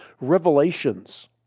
revelations